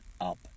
up